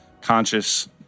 conscious